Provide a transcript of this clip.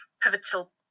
pivotal